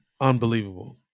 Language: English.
Unbelievable